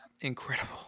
incredible